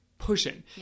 pushing